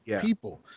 people